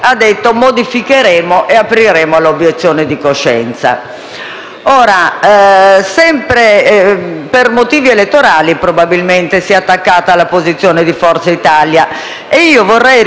saranno modifiche e che si aprirà all'obiezione di coscienza». Ora, sempre per motivi elettorali, probabilmente, si è attaccata alla posizione di Forza Italia. Vorrei ricordare che